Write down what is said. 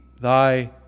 thy